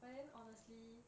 but then honestly